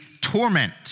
torment